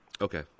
Okay